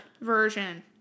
version